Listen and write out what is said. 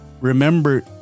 Remember